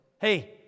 hey